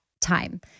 time